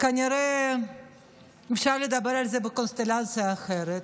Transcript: כנראה אפשר לדבר על זה בקונסטלציה אחרת,